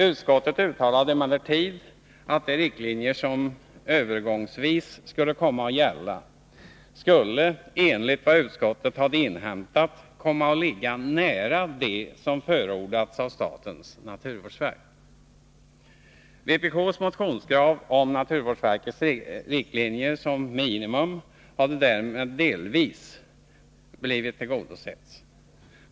Utskottet uttalade emellertid att de riktlinjer som övergångsvis skulle komma att gälla skulle, enligt vad utskottet hade inhämtat, komma att ligga nära dem som förordats av statens naturvårdsverk. Vpk:s motionskrav om naturvårdsverkets riktlinjer som minimum hade därmed delvis tillgodosetts.